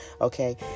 Okay